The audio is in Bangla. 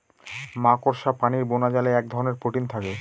মাকড়সা প্রাণীর বোনাজালে এক ধরনের প্রোটিন থাকে